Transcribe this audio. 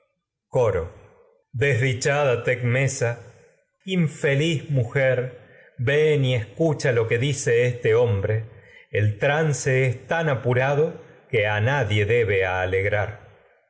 coro predicción desdichada tecmesa que infeliz mujer ven y escucha lo i ado dice este hombre el trance es tan apuque a nadie debe alegrar